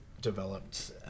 developed